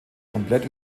komplett